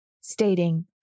stating